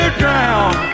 drown